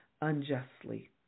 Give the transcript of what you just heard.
unjustly